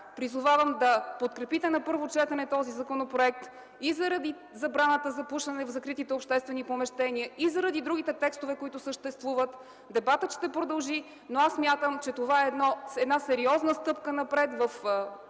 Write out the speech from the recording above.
Призовавам Ви да подкрепите на първо четене законопроекта и заради забраната за пушене в закритите обществени заведения, и заради другите текстове, които съществуват. Дебатът ще продължи, но аз смятам, че това е сериозна стъпка напред в